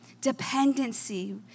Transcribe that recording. dependency